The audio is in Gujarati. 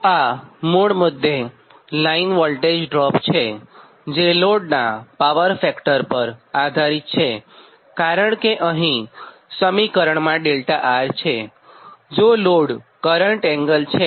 તો આ મુળ મુદ્દે લાઇન વોલ્ટેજ ડ્રોપ છેજે લોડનાં પાવર ફેક્ટર પર આધારિત છે કારણ કે અહીં સમીકરણમાં 𝛿𝑅 છે જે લોડ કરંટ એંગલ છે